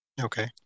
Okay